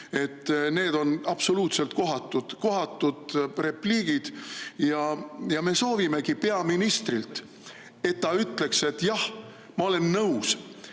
Need on absoluutselt kohatud repliigid ja me soovimegi peaministrilt, et ta ütleks, et jah, ma olen nõus,